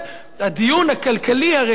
הדיון הכלכלי הרציני,